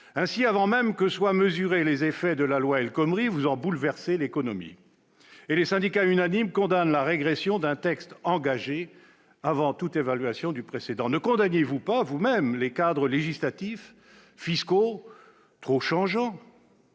Ainsi, avant même qu'aient été mesurés les effets de la loi El Khomri, vous en bouleversez l'économie. Les syndicats, unanimes, condamnent la régression représentée par un texte mis en place avant toute évaluation du précédent. Ne condamniez-vous pas vous-même les cadres législatifs ou fiscaux trop changeants ?